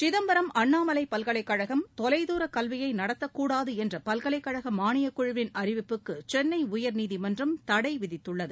சிதம்பரம் அண்ணாமலை பல்கலைக்கழகம் தொலைதூரக் கல்வியை நடத்தக்கூடாது என்ற பல்கலைக்கழக மானியக் குழுவின் அறிவிப்புக்கு சென்னை உயர்நீதிமன்றம் தடை விதித்துள்ளது